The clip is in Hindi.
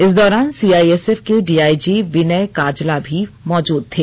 इस दौरान सीआइएसएफ के डीआइजी विनय काजला भी मौजूद थे